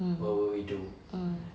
mm mm